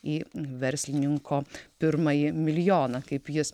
į verslininko pirmąjį milijoną kaip jis